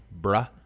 bruh